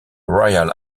royal